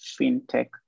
fintech